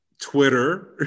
twitter